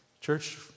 church